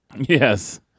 Yes